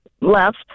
left